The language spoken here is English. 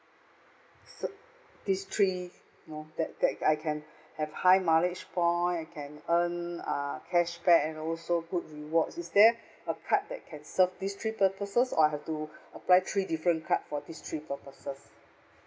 s~ this three uh that that I can have high mileage point I can earn uh cashback and also good rewards is there a card that can serve this three purposes or I have to apply three different card for this three purposes